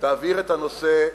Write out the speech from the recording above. את הנושא.